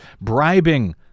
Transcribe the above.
bribing